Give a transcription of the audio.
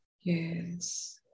Yes